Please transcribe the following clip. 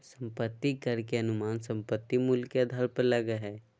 संपत्ति कर के अनुमान संपत्ति मूल्य के आधार पर लगय हइ